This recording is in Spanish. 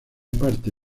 parte